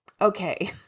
Okay